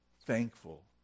thankful